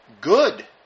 good